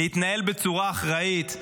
להתנהל בצורה אחראית?